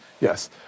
Yes